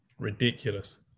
Ridiculous